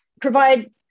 provide